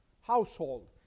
household